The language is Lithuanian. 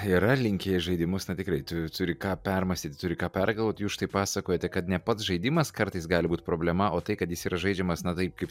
yra linkę į žaidimus na tikrai tu turi ką permąstyt turi ką pergalvot jūs štai pasakojate kad ne pats žaidimas kartais gali būt problema o tai kad jis yra žaidžiamas na taip kaip